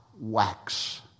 wax